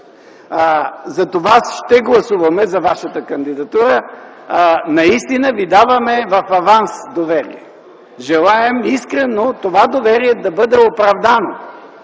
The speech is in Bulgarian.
Затова ще гласуваме за Вашата кандидатура. Наистина Ви даваме доверие в аванс! Желаем искрено това доверие да бъде оправдано,